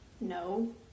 No